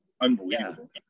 unbelievable